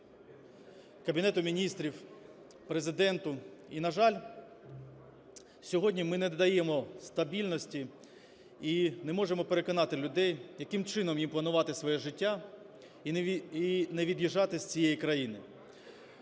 Кабінету Міністрів, Президенту. І, на жаль, сьогодні ми не надаємо стабільності і не можемо переконати людей, яким чином їм планувати своє життя і не від'їжджати з цієї країни.